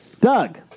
Doug